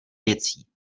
věcí